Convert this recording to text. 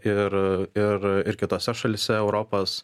ir ir ir kitose šalyse europos